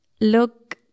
Look